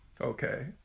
okay